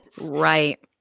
Right